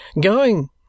Going